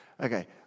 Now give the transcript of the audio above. Okay